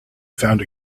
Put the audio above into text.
found